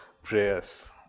Prayers